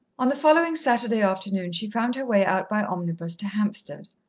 on the following saturday afternoon she found her way out by omnibus to hampstead.